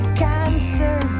cancer